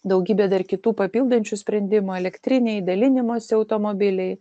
daugybė dar kitų papildančių sprendimų elektriniai dalinimosi automobiliai